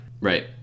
Right